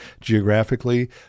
geographically